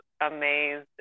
amazed